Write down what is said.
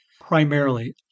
Primarily